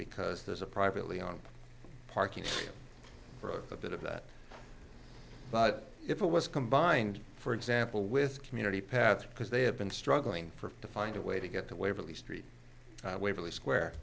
because there's a privately owned parking for a bit of that but if it was combined for example with community paths because they have been struggling for to find a way to get to waverly street waverly square